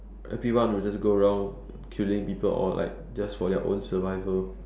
everyone would just go around killing people or like just for their own survival